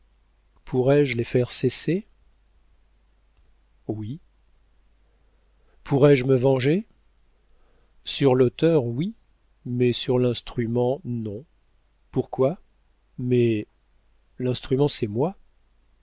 pourrais-je les faire cesser oui pourrais-je me venger sur l'auteur oui mais sur l'instrument non pourquoi mais l'instrument c'est moi